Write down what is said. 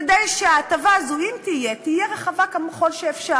כדי שההטבה הזאת, אם תהיה, תהיה רחבה ככל שאפשר,